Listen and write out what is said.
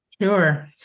Sure